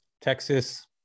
Texas